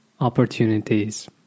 opportunities